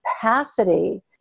capacity